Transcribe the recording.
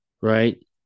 right